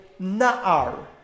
na'ar